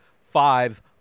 five